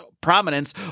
prominence